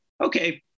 okay